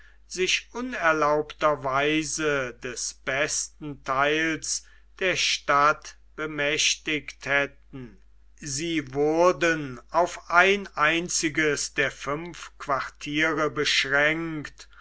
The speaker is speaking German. sich unerlaubter weise des besten teils der stadt bemächtigt hätten sie wurden auf ein einziges der fünf quartiere beschränkt